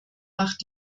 macht